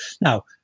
now